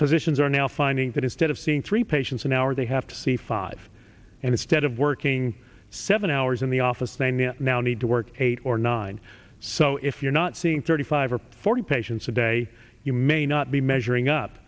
physicians are now finding that instead of seeing three patients an hour they have to see five and instead of working seven hours in the office then the now need to work eight or nine so if you're not seeing thirty five or forty patients a day you may not be measuring up